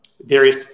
various